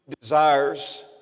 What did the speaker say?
desires